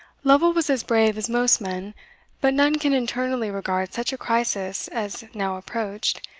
lovel was as brave as most men but none can internally regard such a crisis as now approached,